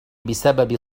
بسبب